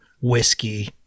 whiskey